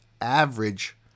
average